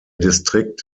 distrikt